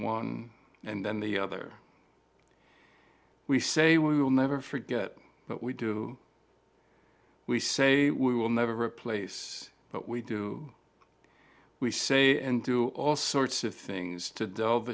one and then the other we say we will never forget but we do we say we will never replace what we do we say and do all sorts of things to delve